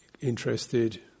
interested